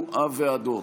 כשיקומו הוועדות.